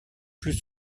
plus